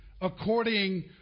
according